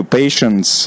patience